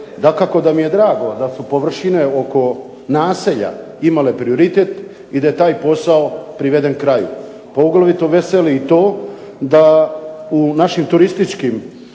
dakako da mi je drago da su površine oko naselja imale prioritet i da je taj posao priveden kraju. Poglavito veseli i to da u našim turističkim